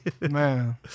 man